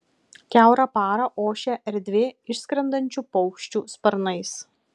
kiaurą parą ošia erdvė išskrendančių paukščių sparnais